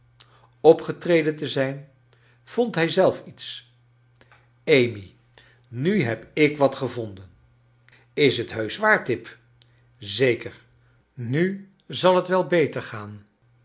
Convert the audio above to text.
opgetreden te zijn vond hij zelf iets amy mi heb ik wat gevondent is t heusch waar tip zeker nu zal t wel beter gaan